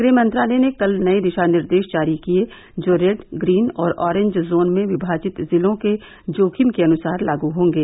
गहमंत्रालय ने कल नये दिशानिर्देश जारी किये जो रेड ग्रीन और अरेंरिज जोन में विभाजित जिलों के जोखिम के अनुसार लागू होंगे